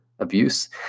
abuse